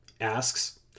asks